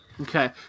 Okay